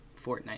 Fortnite